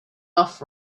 off